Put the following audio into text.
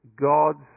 God's